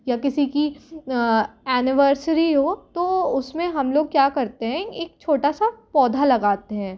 या किसी की एनिवर्सिरी हो तो उसमें हम लोग क्या करते हैं एक छोटा सा पौधा लगाते हैं